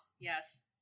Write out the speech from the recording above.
yes